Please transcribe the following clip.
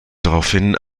daraufhin